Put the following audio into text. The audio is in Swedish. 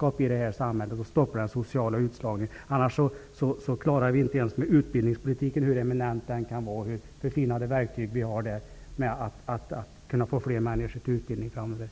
skydd eller att detta försvagades. Enligt uppgift kan förslag komma om samgående mellan Domän AB och ASSI. Med anledning härav vill jag ställa följande fråga till näringsministern: Kommer regeringen att medverka till att markområden som redan i dag ägs av staten via Domän AB och som har specifika naturvärden undantas före samgåendet?